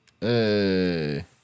Hey